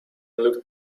looked